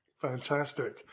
Fantastic